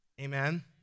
Amen